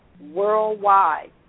worldwide